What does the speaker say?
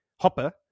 Hopper